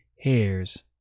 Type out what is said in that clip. hairs